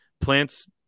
plants